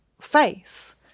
face